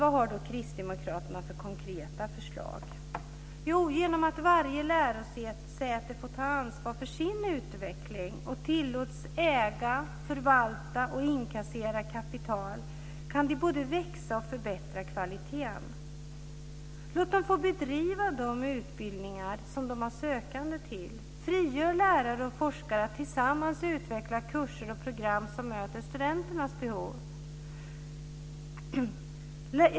Vad har då kristdemokraterna för konkreta förslag? Jo, genom att varje lärosäte får ta ansvar för sin utveckling och tillåts äga, förvalta och inkassera kapital kan de både växa och förbättra kvaliteten. Låt dem få bedriva de utbildningar som de har sökande till. Frigör lärare och forskare så att de tillsammans kan utveckla kurser och program som möter studenternas behov.